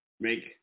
make